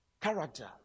character